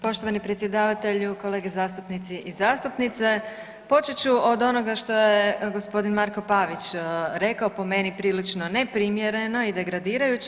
Poštovani predsjedavatelju, kolege zastupnici i zastupnice, počet ću od onoga što je gospodin Marko Pavić rekao po meni prilično neprimjereno i degradirajuće.